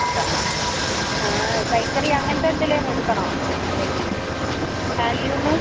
cotton ആ ആ കൈത്തറി അങ്ങനത്തെ എന്തെങ്കിലും എടുക്കണോ അല്ലെങ്കിൽ ഹാൻഡ്ലൂം